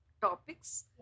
topics